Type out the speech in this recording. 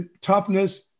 toughness